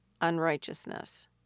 unrighteousness